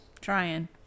Trying